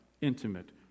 intimate